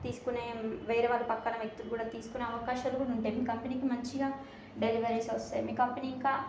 తీసుకునే వేరేవాళ్ళు ప్రక్కన వ్యక్తులు కూడా తీసుకునే అవకాశాలు కూడా ఉంటాయి మీ కంపెనీకి మంచిగా డెలివరీస్ వస్తాయి మీ కంపెనీ ఇంకా